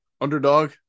underdog